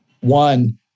one